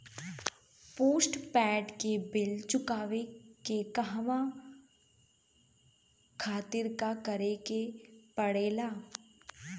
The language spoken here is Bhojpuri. पोस्टपैड के बिल चुकावे के कहवा खातिर का करे के पड़ें ला?